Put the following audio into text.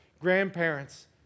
grandparents